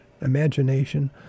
Imagination